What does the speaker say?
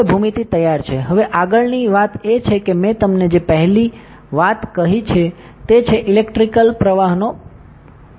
હવે ભૂમિતિ તૈયાર છે હવે આગળની વાત એ છે કે મેં તમને જે પહેલી વાત કહી છે તે છે ઈલેક્ટ્રિકલ પ્રવાહનો પ્રવાહ